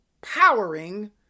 Powering